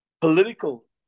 political